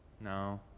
No